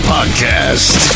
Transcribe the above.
Podcast